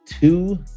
two